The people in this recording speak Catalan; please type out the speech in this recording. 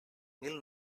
mil